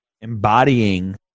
embodying